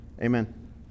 Amen